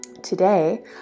Today